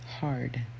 Hard